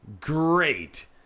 Great